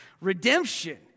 redemption